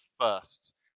first